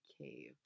cave